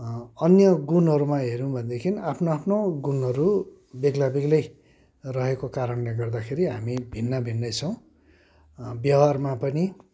अन्य गुणहरूमा हेऱ्यौँ भनेदेखि आफ्नो आफ्नो गुणहरू बेग्ला बेग्लै रहेको कारणले गर्दाखेरि हामी भिन्न भिन्नै छौँ व्यवहारमा पनि